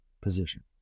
position